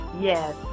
yes